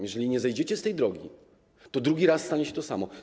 Jeżeli nie zejdziecie z tej drogi, to drugi raz stanie się to samo.